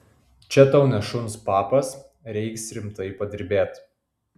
čia tau ne šuns papas reiks rimtai padirbėt